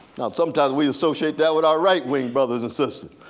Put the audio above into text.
now sometimes we associate that with our right-winged brothers and sisters.